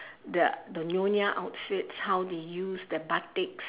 the the nyonya outfits how they use the batik